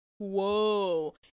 whoa